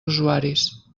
usuaris